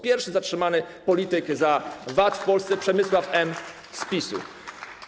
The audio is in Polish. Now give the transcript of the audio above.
Pierwszy zatrzymany polityk za VAT w Polsce - Przemysław M. z PiS-u.